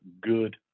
good